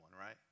right